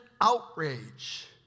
outrage